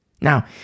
Now